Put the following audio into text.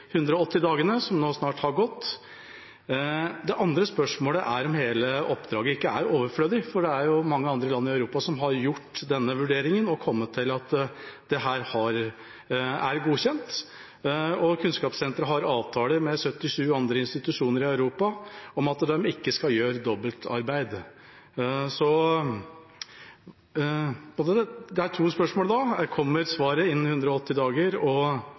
180 dagene som nå snart har gått. Det andre spørsmålet er om hele oppdraget ikke er overflødig, for det er mange andre land i Europa som har gjort denne vurderingen og kommet til at dette er godkjent. Kunnskapssenteret har avtale med 77 andre institusjoner i Europa om at de ikke skal gjøre dobbeltarbeid. Da er det to spørsmål: Kommer svaret innen 180 dager? Og